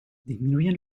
disminuyen